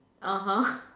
(uh huh)